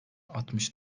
altmış